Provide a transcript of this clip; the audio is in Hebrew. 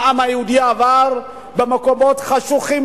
מה העם היהודי עבר במקומות חשוכים,